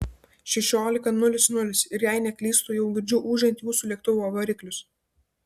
šešiolika nulis nulis ir jei neklystu jau girdžiu ūžiant jūsų lėktuvo variklius